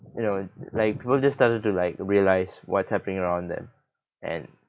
you know like people just started to like realise what's happening around them and